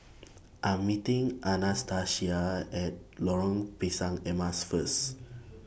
I'm meeting Anastacia Are At Lorong Pisang Emas First